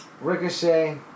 Ricochet